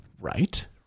Right